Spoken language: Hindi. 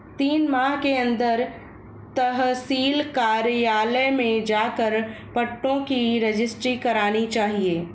तीन माह के अंदर तहसील कार्यालय में जाकर पट्टों की रजिस्ट्री करानी चाहिए